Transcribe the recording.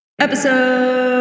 Episode